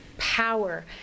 power